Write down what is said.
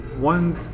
one